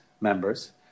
members